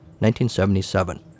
1977